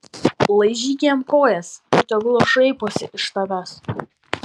laižyk jam kojas ir tegul šaiposi iš tavęs